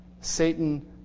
Satan